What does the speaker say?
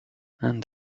and